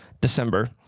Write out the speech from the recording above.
December